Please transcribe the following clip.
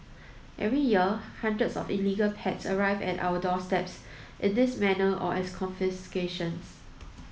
every year hundreds of illegal pets arrive at our doorsteps in this manner or as confiscations